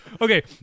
Okay